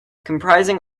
comprising